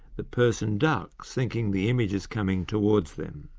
the person ducks, thinking the image is coming towards them.